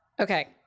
Okay